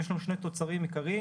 יש לנו שני תוצרים עיקריים,